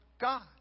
God